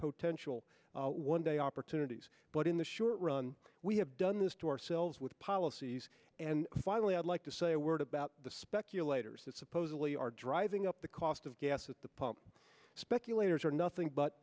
potential one day opportunities but in the short run we have done this to ourselves with policies and finally i'd like to say a word about the speculators that supposedly are driving up the cost of gas at the pump speculators are nothing but